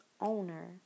owner